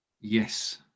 Yes